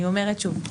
אני אומרת שוב,